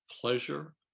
pleasure